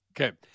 Okay